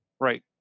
Right